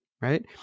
right